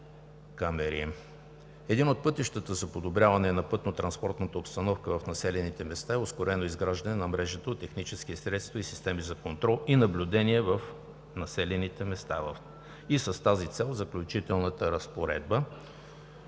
камери. Един от пътищата за подобряване на пътнотранспортната обстановка в населените места е ускореното изграждане на мрежа от технически средства и системи за контрол и наблюдение в населените места. С тази цел в Заключителната разпоредба